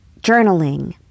journaling